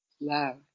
love